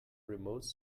remote